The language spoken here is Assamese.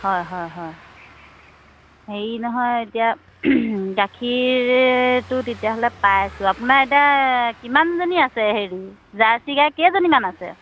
হয় হয় হয় হেৰি নহয় এতিয়া গাখীৰটো তেতিয়াহ'লে পাই আছোঁ আপোনাৰ এতিয়া কিমানজনী আছে হেৰি জাৰ্চি গাই কেইজনীমান আছে